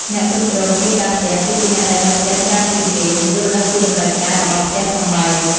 អ្នកគ្រប់គ្រងកិច្ចការផ្ទះ គឺជាអ្នកដែលនៅផ្ទះច្រើនជាងគេ និងយល់ដឹងពីតម្រូវការរបស់ផ្ទះសម្បែង។